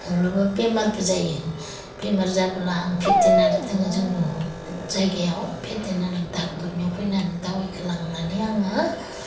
माब्लाबा बेमारबो जायो बेमार जाब्ला आं भेटेरिनारि दोङो जोंनि जायगायाव भेटेरिनारि ड'क्टरनियाव फैनानै दावायखो लांनानै आङो